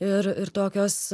ir ir tokios